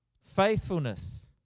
faithfulness